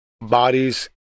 bodies